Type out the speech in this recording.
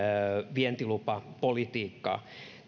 vientilupapolitiikkaa